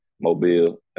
Mobile